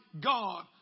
God